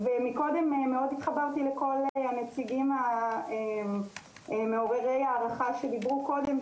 מקודם מאוד התחברתי לכל הנציגים מעוררי הערכה שדיברו קודם,